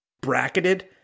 bracketed